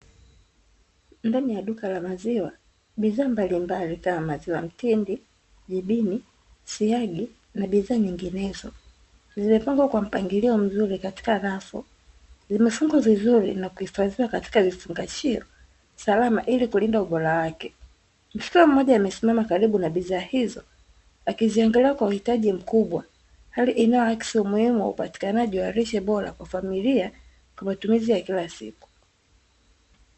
Ndani ya duka la maziwa, bidhaa mbalimbali kama maziwa ya mtindi, jibini, siagi na bidhaa zinginezo, zimepangwa kwa mpangilio mzuri katika rafu, zimefungwa vizuri na kuhifadhiwa katika vifungashio salama ili kulinda ubora wake. Mtoto mmoja amesimama karibu ya bidhaa hizo, akiziangalia kwa uhitaji mkubwa, hali inayoakisi upatikanaji wa lishe bora kwa familia, kwa matumizi ya kila siku.